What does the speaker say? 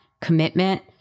commitment